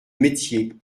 métier